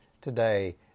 today